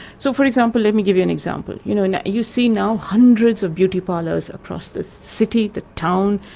so, for example, let me give you an example. you know and you see now hundreds of beauty parlours across the city, the town,